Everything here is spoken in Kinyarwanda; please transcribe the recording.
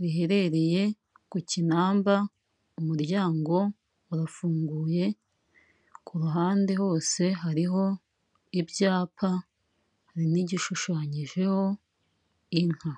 riherereye ku kinamba umuryango urafunguye ku ruhande hose hariho ibyapa, hari n'igishushanyijeho inka.